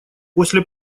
после